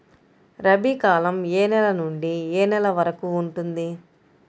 రబీ కాలం ఏ నెల నుండి ఏ నెల వరకు ఉంటుంది?